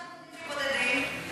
איך אנחנו יודעים שהם בודדים?